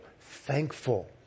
thankful